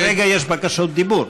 כרגע יש בקשות דיבור.